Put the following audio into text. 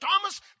Thomas